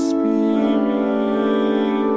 Spirit